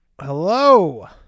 Hello